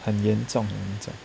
很严重